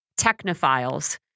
technophiles